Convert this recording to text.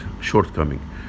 shortcoming